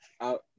out